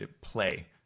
play